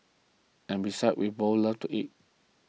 and besides we both love to eat